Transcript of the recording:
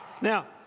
Now